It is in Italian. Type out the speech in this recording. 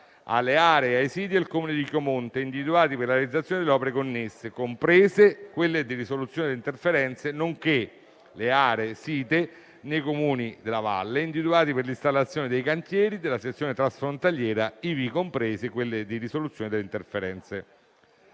alle aree e ai siti del Comune di Chiomonte individuati per la realizzazione di opere connesse, comprese quelle di risoluzione delle interferenze, nonché le aree site nei Comuni della valle, individuati per l'installazione dei cantieri della sezione transfrontaliera, ivi comprese quelle di risoluzione delle interferenze.